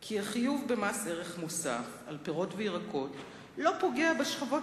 כי החיוב במס ערך מוסף על פירות וירקות לא פוגע בשכבות